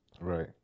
Right